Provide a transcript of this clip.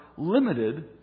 limited